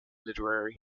literary